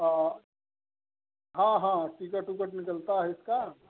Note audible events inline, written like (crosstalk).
हँ हँ टिकट वीकट में (unintelligible) हे इसका